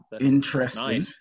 interesting